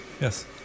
Yes